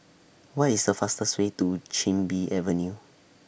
What IS The fastest Way to Chin Bee Avenue